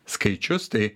skaičius tai